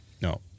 No